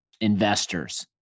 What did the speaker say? investors